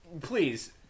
please